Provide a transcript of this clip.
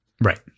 Right